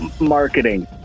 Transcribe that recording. marketing